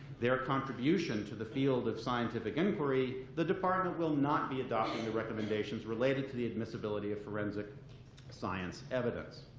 their contribution to the field of scientific inquiry, the department will not be adopting the recommendations related to the admissibility of forensic science evidence.